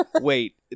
Wait